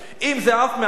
אם זה עף מעזה,